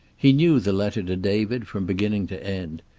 he knew the letter to david from beginning to end,